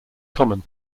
common